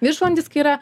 viršvalandis kai yra